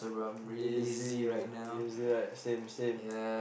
lazy ah lazy like same same